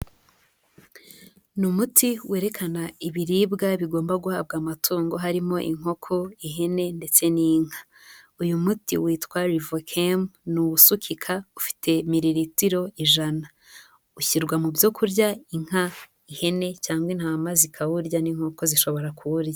Ni umuti werekana ibiribwa bigomba guhabwa amatungo harimo inkoko, ihene ndetse n'inka. Uyu muti witwa Livokem, ni usukika, ufite miriritiro ijana. Ushyirwa mu byo kurya, inka, ihene cyangwa intama zikawurya n'inkoko zishobora kuwurya.